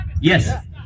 yes